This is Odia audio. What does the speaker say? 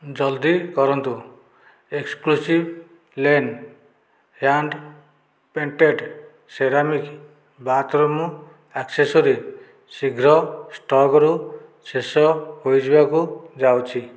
ଜଲ୍ଦି କରନ୍ତୁ exclusive lane hand painted ceramic bathroom accessory ଶୀଘ୍ର ଷ୍ଟକ୍ରୁ ଶେଷ ହୋଇଯିବାକୁ ଯାଉଛି